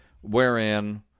Wherein